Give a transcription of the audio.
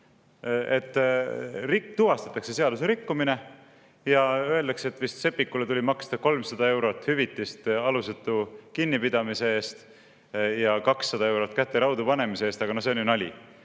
Tuvastatakse seaduserikkumine ja öeldakse, et vist Seppikule tuli maksta 300 eurot hüvitist alusetu kinnipidamise eest ja 200 eurot käte raudu panemise eest, aga no see on ju nali.